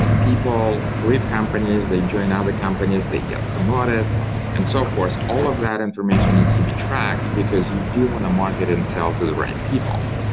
people leave companies. they join other companies. they get promoted and so forth. all of that information needs to be tracked, because you do want to market and sell to the right people.